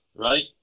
right